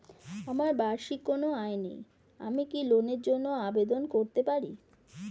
আমার বার্ষিক কোন আয় নেই আমি কি লোনের জন্য আবেদন করতে পারি?